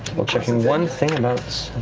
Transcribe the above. checking one thing ah